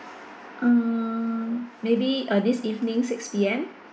mm maybe uh this evening six P_M